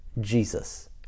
Jesus